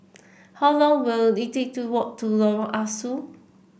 how long will it take to walk to Lorong Ah Soo